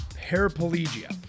paraplegia